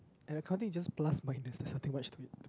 and accounting is just plus minus that's something what to do it